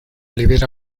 libera